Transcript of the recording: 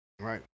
right